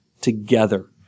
together